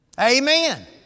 Amen